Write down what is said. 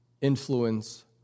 influence